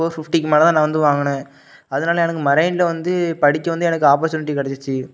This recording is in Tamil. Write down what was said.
ஃபோர் பிஃப்டிக்கு மேலே தான் நான் வந்து வாங்கினேன் அதனால் எனக்கு மெர்ரெய்னில் வந்து படிக்க வந்து எனக்கு ஆப்பர்ச்யூனிட்டி கிடச்சிச்சி